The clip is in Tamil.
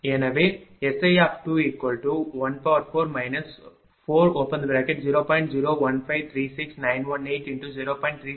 எனவே SI214 40